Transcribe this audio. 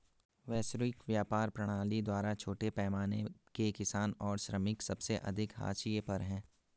वैश्विक व्यापार प्रणाली द्वारा छोटे पैमाने के किसान और श्रमिक सबसे अधिक हाशिए पर हैं